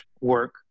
work